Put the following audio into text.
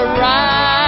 right